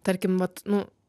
tarkim vat nu